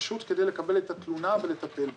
פשוט כדי לקבל את התלונה ולטפל בהם.